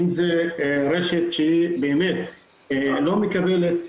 אם זה רשת שהיא לא מקבלת.